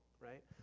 right